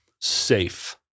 safe